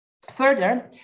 Further